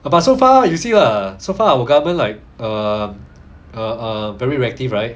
but so far you see lah so far our government like err err err very reactive right